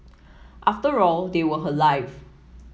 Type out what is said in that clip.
after all they were her life